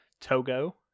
Togo